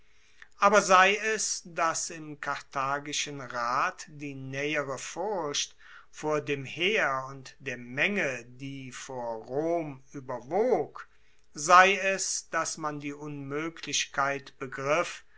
aber sei es dass im karthagischen rat die naehere furcht vor dem heer und der menge die vor rom ueberwog sei es dass man die unmoeglichkeit begriff